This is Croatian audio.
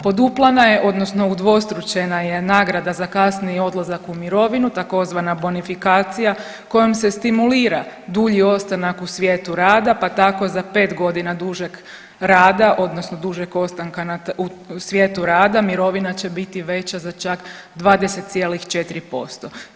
Poduplana je, odnosno udvostručena je nagrada za kasniji odlazak u mirovinu, tzv. bonifikacija kojom se stimulira dulji ostanak u svijetu rada, pa tako za 5 godina dužeg rada odnosno dužeg ostanka u svijetu rada, mirovina će biti veća za čak 20,4%